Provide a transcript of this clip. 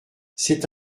c’est